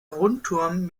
rundturm